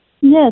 yes